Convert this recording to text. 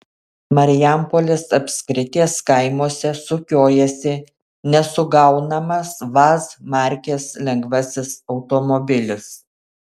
marijampolės apskrities kaimuose sukiojasi nesugaunamas vaz markės lengvasis automobilis